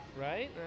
right